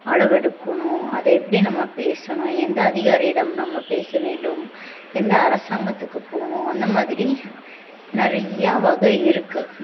அளவெடுக்கணும் அதை எப்படி நம்ம பேசணும் எந்த அதிகாரி இடம் நம்ம பேச வேண்டும் எந்த அரசாங்கத்துக்கு போகணும் அந்த மாதிரி நிறையா வகை இருக்குது